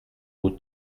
aux